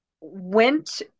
went